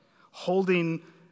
holding